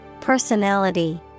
Personality